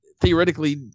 theoretically